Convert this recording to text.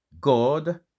God